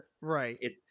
right